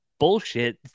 bullshit